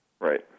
right